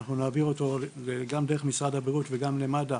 אותו נעביר גם דרך משרד הבריאות וגם למד"א,